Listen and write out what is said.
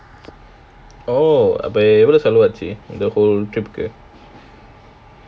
oh அப்போ எவ்ளோ செலவாச்சி:appo evlo selavaachi trip கு:ku